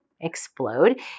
explode